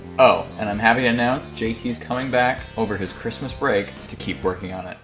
oh and i'm having announced jt is coming back over his christmas break to keep working on it.